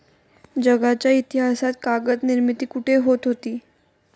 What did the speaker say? जगाच्या इतिहासात कागद निर्मिती कुठे होत होती?